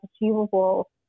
achievable